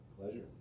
Pleasure